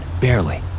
barely